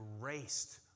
erased